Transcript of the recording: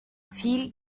ziel